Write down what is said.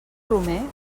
romer